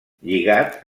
lligat